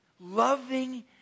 loving